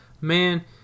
man